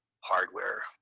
Hardware